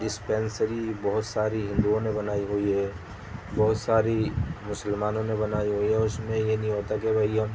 dispensary بہت ساری ہندوؤں نے بنائی ہوئی ہے بہت ساری مسلمانوں نے بنائی ہوئی ہے اور اس میں یہ نہیں ہوتا کہ بھائی ہم